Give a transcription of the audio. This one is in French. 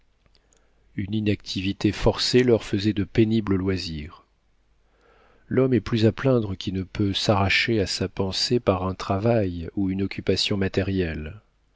une inactivité forcée leur faisait de pénibles loisirs l'homme est plus à plaindre qui ne peut s'arracher à sa pensée par un travail ou une occupation matérielle